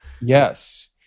Yes